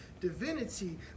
divinity